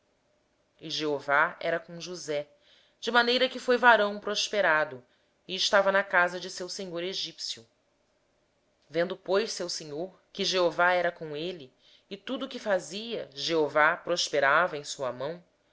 senhor era com josé e ele tornou-se próspero e estava na casa do seu senhor o egípcio e viu o seu senhor que deus era com ele e que fazia prosperar em sua mão